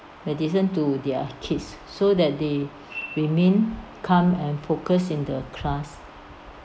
medicine to their kids so that they remain calm and focus in the class